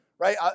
Right